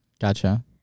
Gotcha